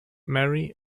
mary